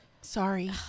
Sorry